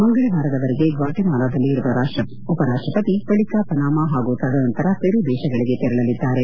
ಮಂಗಳವಾರದವರೆಗೆ ಗ್ವಾಟೆಮಾಲಾದಲ್ಲಿ ಇರುವ ಉಪರಾಷ್ಷಪತಿ ಬಳಿಕ ಪನಾಮ ಹಾಗೂ ತದನಂತರ ಪೆರು ದೇಶಗಳಿಗೆ ತೆರಳಲಿದ್ದಾರೆ